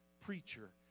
preacher